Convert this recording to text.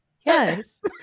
Yes